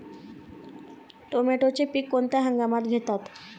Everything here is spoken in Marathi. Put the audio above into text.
टोमॅटोचे पीक कोणत्या हंगामात घेतात?